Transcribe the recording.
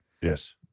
Yes